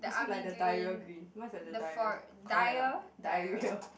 is it like the diarrhoea green what's like the diarrhoea correct lah diarrhoea